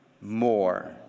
more